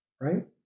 Right